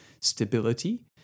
stability